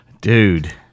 Dude